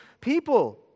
people